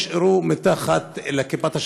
נשארו מתחת לכיפת השמים.